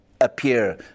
appear